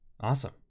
Awesome